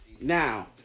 Now